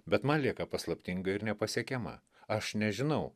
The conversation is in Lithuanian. bet man lieka paslaptinga ir nepasiekiama aš nežinau